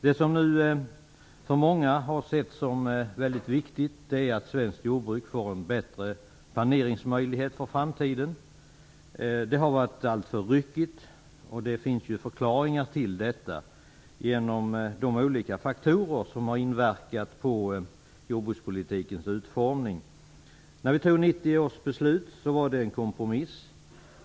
Det som nu för många har setts som väldigt viktigt är att svenskt jordbruk får en bättre planeringsmöjlighet för framtiden. Det har varit alltför ryckigt, och det finns ju förklaringar till detta genom de olika faktorer som har inverkat på jordbrukspolitikens utformning. 1990 års beslut var en kompromiss.